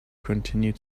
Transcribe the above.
continued